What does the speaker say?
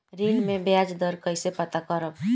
ऋण में बयाज दर कईसे पता करब?